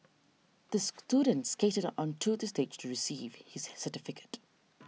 the student skated onto the stage receive his certificate